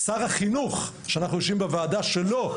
שר החינוך שאנחנו יושבים בוועדה שלו,